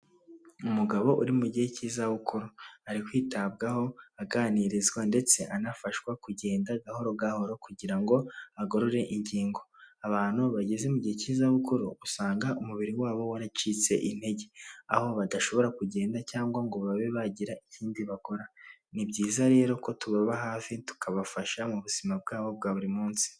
Umugabo uri mu gihe k'izabukuru, ari kwitabwaho, aganirizwa ndetse anafashwa kugenda gahoro gahoro kugira ngo agorore ingingo, abantu bageze mu gihe k'izabukuru usanga umubiri wabo waracitse intege, aho badashobora kugenda cyangwa ngo babe bagira ikindi bakora, ni byiza rero ko tubaba hafi tukabafasha mu buzima bwabo bwa buri munsi.